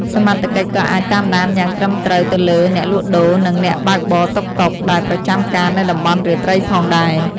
សមត្ថកិច្ច ក៏អាច តាមដាន យ៉ាងត្រឹមត្រូវទៅលើ អ្នកលក់ដូរ និង អ្នកបើកបរតុកតុក ដែលប្រចាំការនៅតំបន់រាត្រីផងដែរ។